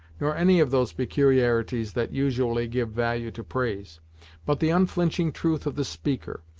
nor any of those peculiarities that usually give value to praise but the unflinching truth of the speaker,